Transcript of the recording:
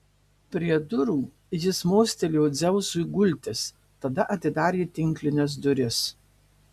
prie durų jis mostelėjo dzeusui gultis tada atidarė tinklines duris